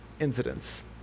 incidents